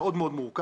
מאוד מאוד מורכב.